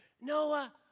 Noah